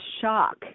shock